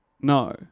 No